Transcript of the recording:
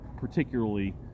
particularly